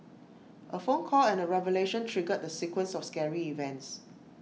A phone call and A revelation triggered the sequence of scary events